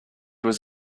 was